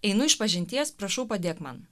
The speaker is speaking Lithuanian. einu išpažinties prašau padėk man